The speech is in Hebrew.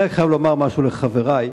אני רק חייב לומר משהו לחברי.